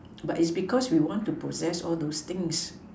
but it's because we want to possess all those things